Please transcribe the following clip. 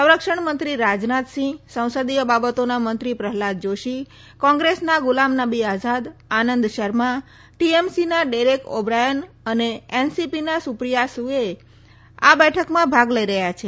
સંરક્ષણ મંત્રી રાજનાથસીંહ સંસદીય બાબતોના મંત્રી પ્રહલાદ જોષી કોંગ્રેસના ગુલામનબી આઝાદ આનંદ શર્મા ટીએમસીના ડેરેક ઓબ્રાયન અને એનસીપીના સુપ્રિયા સુએ આ બેઠકમાં ભાગ લઇ રહયાં છે